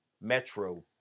metro